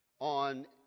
on